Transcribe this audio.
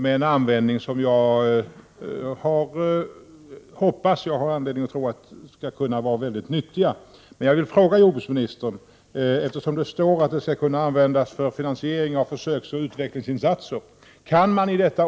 Och jag hoppas och har anledning att tro att dessa pengar skall kunna användas till något mycket nyttigt. Men eftersom jordbruksministern säger att dessa pengar skall kunna användas för finansiering av försöksoch utvecklingsinsatser vill jag ställa en fråga till jordbruksministern.